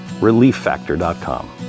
Relieffactor.com